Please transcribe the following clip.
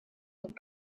die